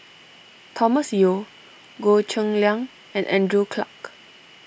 Thomas Yeo Goh Cheng Liang and Andrew Clarke